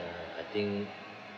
uh I think